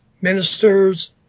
ministers